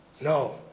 No